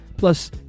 Plus